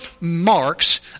marks